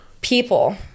people